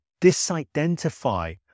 disidentify